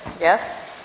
yes